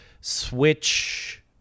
Switch